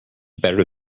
better